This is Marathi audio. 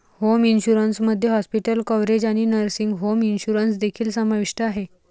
होम इन्शुरन्स मध्ये हॉस्पिटल कव्हरेज आणि नर्सिंग होम इन्शुरन्स देखील समाविष्ट आहे